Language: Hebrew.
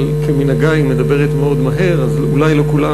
אבל כמנהגה היא מדברת מאוד מהר אז אולי לא כולם